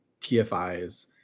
TFIs